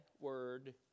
word